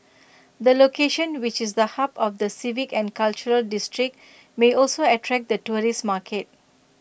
the location which is the hub of the civic and cultural district may also attract the tourist market